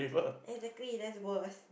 exactly that's worse